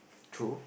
true